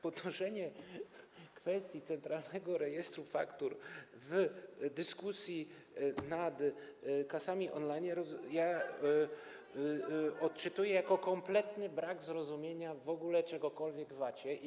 Podnoszenie kwestii Centralnego Rejestru Faktur w dyskusji nad kasami on-line odczytuję jako kompletny brak zrozumienia w ogóle czegokolwiek w temacie VAT-u.